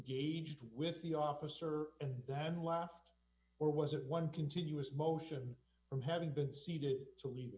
gauged with the officer and had left or was it one continuous motion from having been seated to le